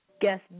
guest